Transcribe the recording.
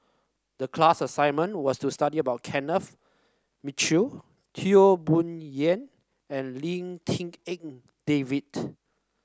the class assignment was to study about Kenneth Mitchell Teo Bee Yen and Lim Tik En David